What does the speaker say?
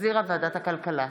שהחזירה ועדת הכלכלה.